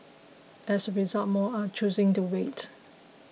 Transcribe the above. as result more are choosing to wait